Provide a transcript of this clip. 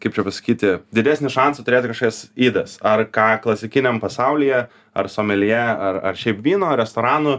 kaip čia pasakyti didesnį šansų turėti kažkokias ydas ar ką klasikiniam pasaulyje ar someljė ar ar šiaip vyno restoranų